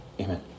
amen